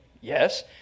Yes